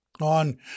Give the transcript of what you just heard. on